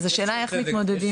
השאלה איך מתמודדים עם זה.